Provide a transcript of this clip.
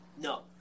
No